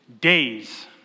days